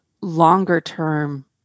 longer-term